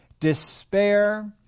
despair